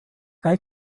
guy